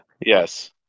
Yes